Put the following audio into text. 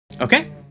Okay